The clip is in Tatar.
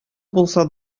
булса